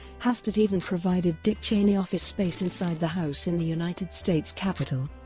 hastert even provided dick cheney office space inside the house in the united states capitol.